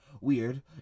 weird